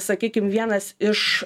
sakykim vienas iš